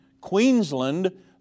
Queensland